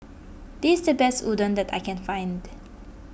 this is the best Udon that I can find